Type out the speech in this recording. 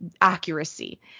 accuracy